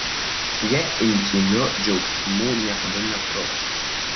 su ja intymių džiaugsmų niekada netruks